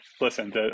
listen